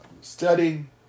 Studying